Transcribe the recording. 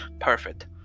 Perfect